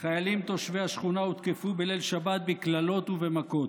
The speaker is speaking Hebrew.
חיילים תושבי השכונה הותקפו בליל שבת בקללות ובמכות.